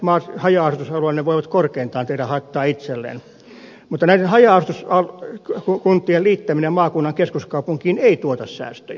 haja asutusalueilla ne voivat korkeintaan tehdä haittaa itselleen mutta näiden haja asutuskuntien liittäminen maakunnan keskuskaupunkiin ei tuota säästöjä